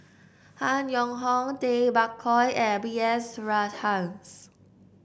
Han Yong Hong Tay Bak Koi and B S Rajhans